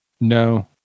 No